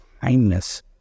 kindness